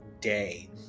day